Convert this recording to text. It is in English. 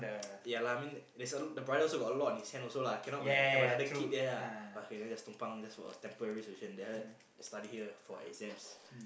ya lah I mean that that's a the brother also got a lot on his hand also lah cannot like have another kid there ah but k then just tompang for a temporary solution then after that study here for exams